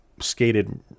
skated